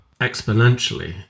exponentially